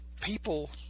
people